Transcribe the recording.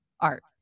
art